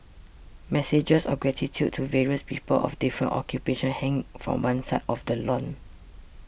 messages of gratitude to various people of different occupations hang from one side of the lawn